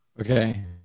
Okay